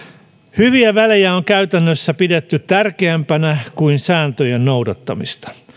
hyviä välejä on käytännössä pidetty tärkeämpänä kuin sääntöjen noudattamista